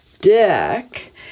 deck